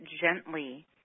gently